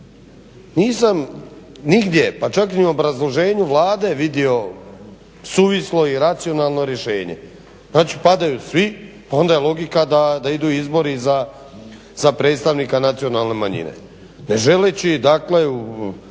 Nisam nigdje pa čak ni u obrazloženju Vlade vidio suvislo i racionalno rješenje. Znači padaju svi, pa onda je logika idu izbori za predstavnika nacionalne manjine. Ne želeći dakle